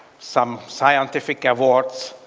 some scientific awards,